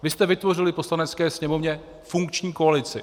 Vy jste vytvořili v Poslanecké sněmovně funkční koalici.